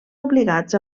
obligats